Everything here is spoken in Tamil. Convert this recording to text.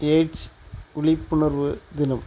எயிட்ஸ் விழிப்புணர்வு தினம்